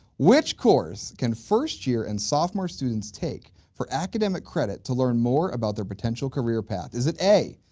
which course can first year and sophomore students take for academic credit to learn more about their potential career path? is it a,